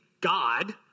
God